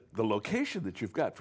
the location that you've got